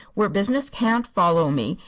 where business can't follow me,